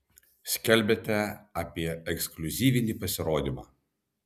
skelbiate apie ekskliuzyvinį pasirodymą